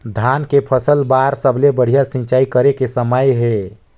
धान के फसल बार सबले बढ़िया सिंचाई करे के समय हे?